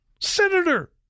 senator